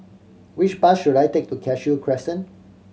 which bus should I take to Cashew Crescent